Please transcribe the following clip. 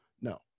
No